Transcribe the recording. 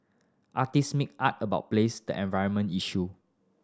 artist make art about place the environment issue